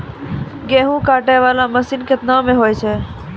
गेहूँ काटै वाला मसीन केतना मे होय छै?